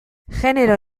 genero